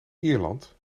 ierland